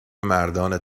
مردان